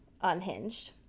unhinged